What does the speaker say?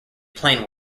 plain